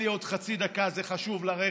תן לי עוד חצי דקה, זה חשוב לרכש.